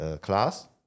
class